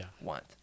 want